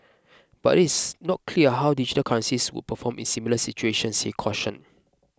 but it is not clear how digital currencies would perform in similar situations he cautioned